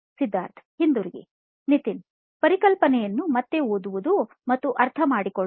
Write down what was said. ಸಿದ್ಧಾರ್ಥ್ ಹಿಂತಿರುಗಿ ನಿತಿನ್ ಪರಿಕಲ್ಪನೆಯನ್ನು ಮತ್ತೆ ಓದುವುದು ಮತ್ತು ಅರ್ಥಮಾಡಿಕೊಳ್ಳುವುದು